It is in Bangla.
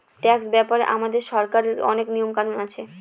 ট্যাক্স ব্যাপারে আমাদের সরকারের অনেক নিয়ম কানুন আছে